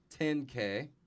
10K